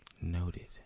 Noted